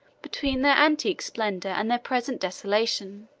between their antique splendor and their present desolation.